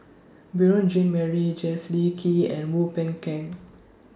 Beurel Jean Marie Kee and Wu Peng Keng